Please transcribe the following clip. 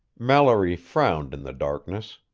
mallory frowned in the darkness.